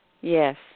Yes